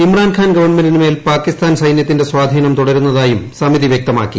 ഇമ്രാൻഖാൻ ഗവൺമെന്റിന് മേൽ പാകിസ്ഥാൻ സൈന്യത്തിന്റെ സ്വാധീനം തുടരുന്നതായും സമിതി വ്യക്തമാക്കി